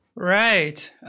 Right